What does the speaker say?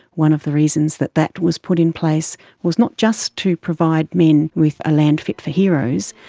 one of the reasons that that was put in place was not just to provide men with a land fit for heroes,